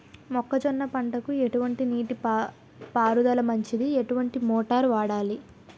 మొక్కజొన్న పంటకు ఎటువంటి నీటి పారుదల మంచిది? ఎటువంటి మోటార్ వాడాలి?